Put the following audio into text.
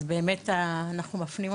אז באמת אנחנו מפנים,